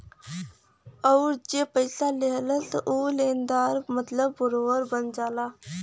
अउर जे पइसा लेहलस ऊ लेनदार मतलब बोरोअर बन जाला